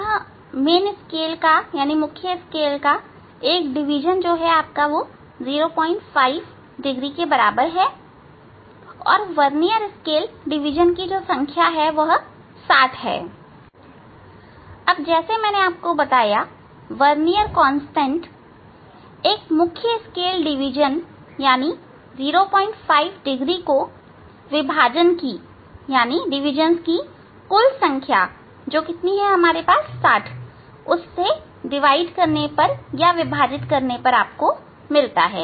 यह मुख्य स्केल का एक डिवीजन 05 डिग्री के बराबर और वर्नियर स्केल डिवीजन की संख्या 60 के बराबर है वर्नियर कांस्टेंट 1 मुख्य स्केल डिवीजन 05 डिग्री को विभाजन की कुल संख्या से विभाजित करने से मिलता हैं